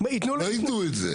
לא יתנו את זה.